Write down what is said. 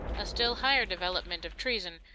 a still higher development of treason,